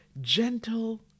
gentle